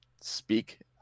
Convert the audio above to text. speak